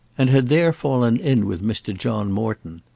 and had there fallen in with mr. john morton.